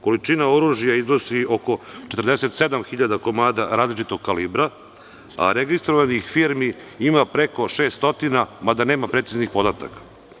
Količina oružja iznosi oko 47.000 komada različitog kalibra, a registrovanih firmi ima preko 600, mada nema preciznih podataka.